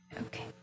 Okay